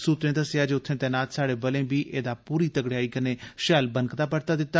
सूत्रें दस्सेया जे उत्थे तैनात स्हाड़े बलें बी ऐदा पूरी तगेड़याई कन्नै शैल बनकदा परता दिता